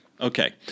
Okay